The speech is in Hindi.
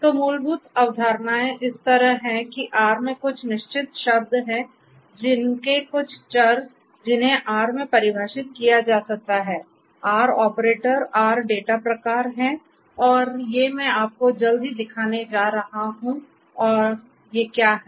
तो मूलभूत अवधारणाएं इस तरह हैं कि R में कुछ निश्चित शब्द हैं उनके कुछ चर जिन्हें R में परिभाषित किया जा सकता है R ऑपरेटर R डेटा प्रकार हैं और ये मैं आपको जल्द ही दिखाने जा रहा हूं और ये क्या हैं